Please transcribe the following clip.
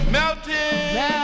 Melting